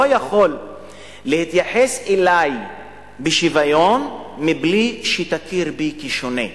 יכול להתייחס אלי בשוויון מבלי שתכיר בי כשונה.